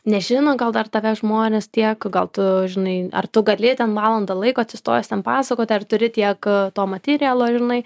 nežino gal dar tavęs žmonės tiek gal tu žinai ar tu gali ten valandą laiko atsistojęs ten pasakoti ar turi tiek to matirealo žinai